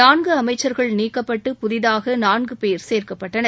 நான்கு அமைச்சர்கள் நீக்கப்பட்டு புதிதாக நான்கு பேர் சேர்க்கப்பட்டனர்